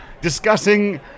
discussing